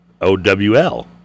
O-W-L